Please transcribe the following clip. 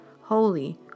Holy